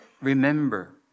Remember